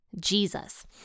Jesus